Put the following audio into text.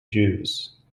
jews